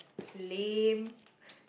lame